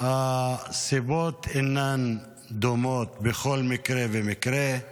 הסיבות אינן דומות בכל מקרה ומקרה,